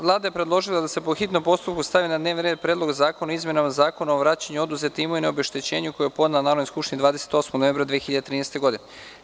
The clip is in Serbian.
Vlada je predložila da se po hitnom postupku stavi na dnevni red Predlog zakona o izmenama Zakona o vraćanju oduzete imovine i obeštećenju, koji je podnela Narodnoj skupštini 28. novembra 2013. godine.